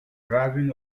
driving